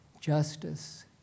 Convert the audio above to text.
Justice